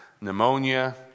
pneumonia